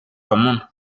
común